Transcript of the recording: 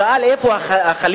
ושאל: איפה הח'ליף?